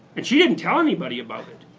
and she didn't tell anybody about it.